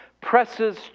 presses